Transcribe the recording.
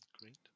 Great